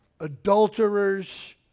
adulterers